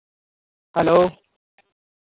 hello